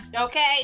Okay